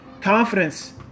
Confidence